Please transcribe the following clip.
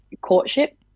courtship